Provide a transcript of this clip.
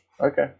Okay